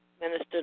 Minister